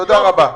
תודה רבה.